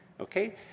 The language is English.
okay